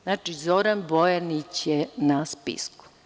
Znači, Zoran Bojanić je na spisku.